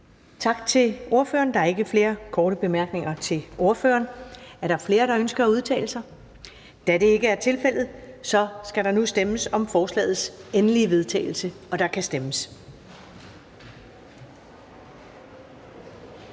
Tak til ordføreren. Der er ikke flere korte bemærkninger. Er der flere, der ønsker at udtale sig? Da det ikke er tilfældet, skal der nu stemmes. Kl. 14:46 Afstemning Første